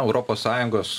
europos sąjungos